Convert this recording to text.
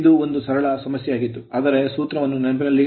ಇದು ಒಂದು ಸರಳ ಸಮಸ್ಯೆಯಾಗಿತ್ತು ಆದರೆ ಸೂತ್ರವನ್ನು ನೆನಪಿಸಿಕೊಳ್ಳಬೇಕಾಗಿದೆ